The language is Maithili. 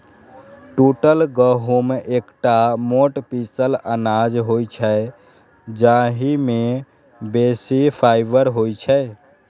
टूटल गहूम एकटा मोट पीसल अनाज होइ छै, जाहि मे बेसी फाइबर होइ छै